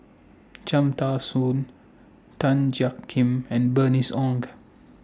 Cham Tao Soon Tan Jiak Kim and Bernice Ong